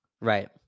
right